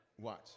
Watch